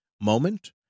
moment